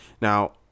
Now